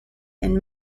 and